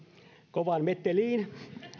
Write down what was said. kovaan meteliin